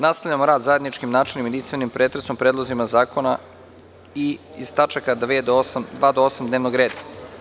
Nastavljamo rad zajedničkim načelnim i jedinstvenim pretresom o predlozima zakona iz tačaka 2. do 8. dnevnog reda.